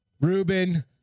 Ruben